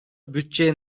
bütçeye